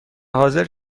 حاضر